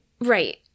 Right